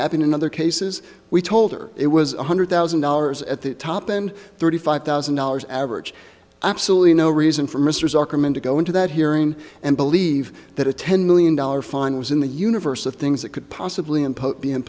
happening in other cases we told her it was one hundred thousand dollars at the top and thirty five thousand dollars average absolutely no reason for mr zuckerman to go into that hearing and believe that a ten million dollars fine was in the universe of things that could possibly i